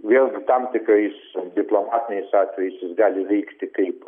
vėlgi tam tikrais diplomatiniais atvejais jis gali veikti kaip